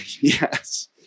Yes